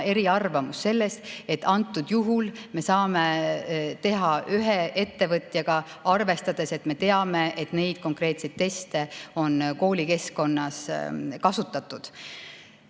eriarvamust, et antud juhul me saame teha ühe ettevõtjaga, arvestades, et me teame, et neid konkreetseid teste on koolikeskkonnas kasutatud.